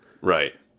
Right